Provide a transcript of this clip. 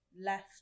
left